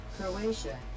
Croatia